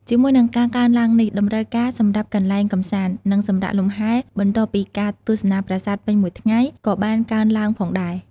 ជាមួយនឹងការកើនឡើងនេះ តម្រូវការសម្រាប់កន្លែងកម្សាន្ត និងសម្រាកលំហែបន្ទាប់ពីការទស្សនាប្រាសាទពេញមួយថ្ងៃ ក៏បានកើនឡើងផងដែរ។